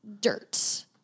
dirt